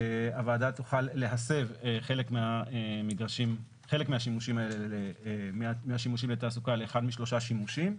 הוועדה תוכל להסב חלק מהשימושים בתעסוקה לאחד משלושה שימושים: